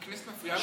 הכנסת מפריעה לך,